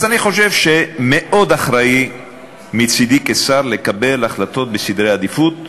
אני חושב שמאוד אחראי מצדי כשר לקבל החלטות בסדרי עדיפויות,